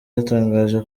yatangaje